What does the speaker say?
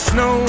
no